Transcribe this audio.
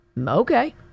Okay